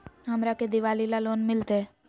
हमरा के दिवाली ला लोन मिलते?